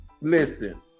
listen